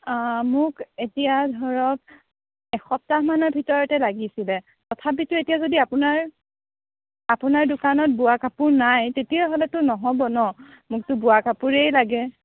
অ মোক এতিয়া ধৰক এসপ্তাহমানৰ ভিতৰতে লাগিছিলে তথাপিতো এতিয়া যদি আপোনাৰ আপোনাৰ দোকানত বোৱা কাপোৰ নাই তেতিয়াহ'লেতো নহ'ব ন' মোকতো বোৱা কাপোৰেই লাগে